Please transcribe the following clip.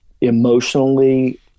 Emotionally